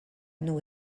nos